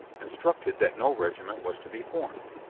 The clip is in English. instructed that no regiment was to be formed.